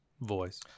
voice